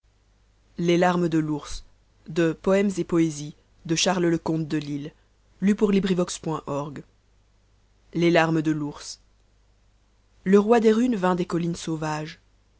y i les larmes de l'ours le roi des runes vint des collines sauvages